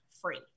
free